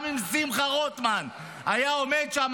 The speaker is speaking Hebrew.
גם אם שמחה רוטמן היה עומד שם,